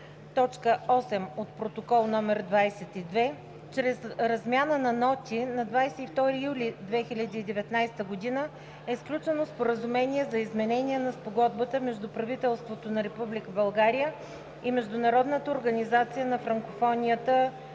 т. 8 от Протокол № 22, чрез размяна на ноти на 22 юли 2019 г. е сключено Споразумение за изменение на Спогодбата между правителството на Република България и Международната организация на франкофонията